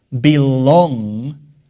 belong